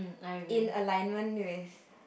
in alignment with